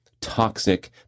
toxic